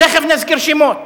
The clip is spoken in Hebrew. תיכף נזכיר שמות.